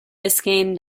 biscayne